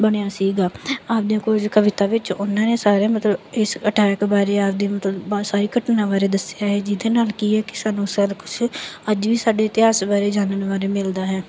ਬਣਿਆ ਸੀਗਾ ਆਪਦੇ ਕੁਝ ਕਵਿਤਾ ਵਿੱਚ ਉਹਨਾਂ ਨੇ ਸਾਰੇ ਮਤਲਬ ਇਸ ਅਟੈਕ ਬਾਰੇ ਆਪਦੀ ਮਤਲਵ ਬਹੁਤ ਸਾਰੀ ਘਟਨਾ ਬਾਰੇ ਦੱਸਿਆ ਹੈ ਜਿਹਦੇ ਨਾਲ ਕੀ ਹੈ ਕਿ ਸਾਨੂੰ ਸਾਰਾ ਕੁਛ ਅੱਜ ਵੀ ਸਾਡੇ ਇਤਿਹਾਸ ਬਾਰੇ ਜਾਣਨ ਬਾਰੇ ਮਿਲਦਾ ਹੈ